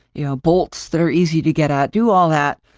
you know, bolts that are easy to get out, do all that,